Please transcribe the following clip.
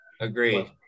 Agreed